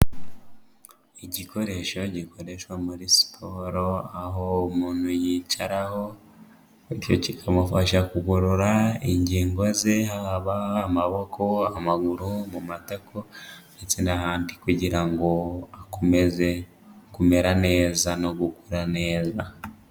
Igikoresho gikoreshwa muri siporo, aho umuntu yicaraho, bityo kikamufasha kugorora ingingo ze, haba amaboko, amaguru mu matako ndetse n'ahandi, kugira ngo akomeze kumera neza no gukura neza.